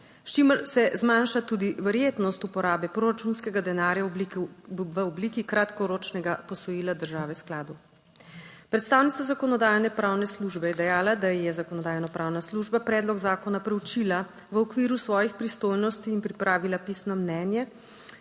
s čimer se zmanjša tudi verjetnost uporabe proračunskega denarja v obliki kratkoročnega posojila države skladu. Predstavnica Zakonodajno-pravne službe je dejala, da je zakonodajnopravna služba predlog zakona preučila v okviru svojih pristojnosti in pripravila pisno mnenje,